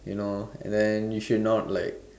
you know and then you should not like